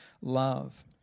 love